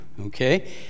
okay